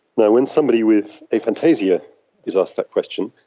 but when somebody with aphantasia is asked that question,